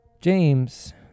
James